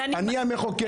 אני המחוקק,